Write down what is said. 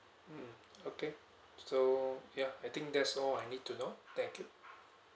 mm okay so yup I think that's all I need to know thank you